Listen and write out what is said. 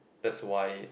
that's why